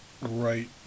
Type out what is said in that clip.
Right